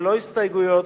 ללא הסתייגויות,